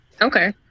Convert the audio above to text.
Okay